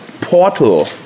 portal